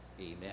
Amen